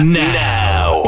now